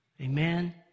amen